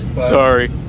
Sorry